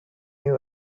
you